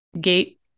gate